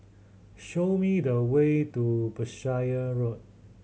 show me the way to Berkshire Road